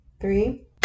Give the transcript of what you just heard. Three